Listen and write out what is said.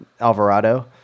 Alvarado